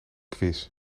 quiz